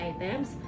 items